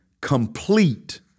complete